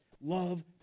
love